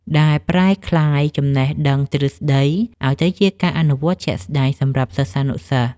ដែលប្រែក្លាយចំណេះដឹងទ្រឹស្ដីឱ្យទៅជាការអនុវត្តជាក់ស្ដែងសម្រាប់សិស្សានុសិស្ស។